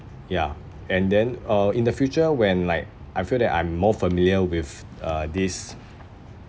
ya and then uh in the future when like I feel that I'm more familiar with uh this